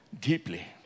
deeply